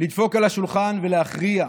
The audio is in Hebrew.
לדפוק על השולחן ולהכריע.